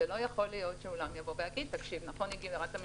לא יכול להיות שאולם יגיד: נכון שירדת מ-250,